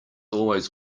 always